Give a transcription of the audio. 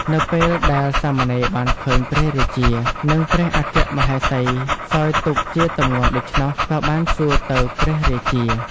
នៅពេលដែលសាមណេរបានឃើញព្រះរាជា និងព្រះអគ្គមហេសីសោយទុក្ខជាទម្ងន់ដូច្នោះ ក៏បានសួរទៅព្រះរាជា។